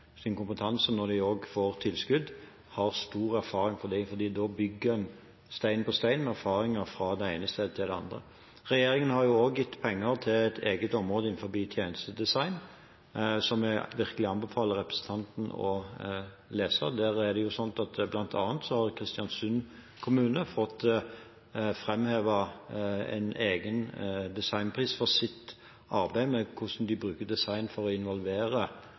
kompetanse når de også får tilskudd, får stor erfaring fra dem, for da bygger en stein på stein med erfaringer fra det ene stedet til det andre. Regjeringen har også gitt penger til et eget område innenfor tjenestedesign, som jeg virkelig anbefaler representanten å lese. Blant annet har Kristiansund kommune fått en egen designpris for sitt arbeid med hvordan de bruker design for å involvere